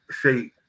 Say